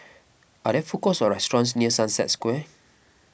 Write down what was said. are there food courts or restaurants near Sunset Square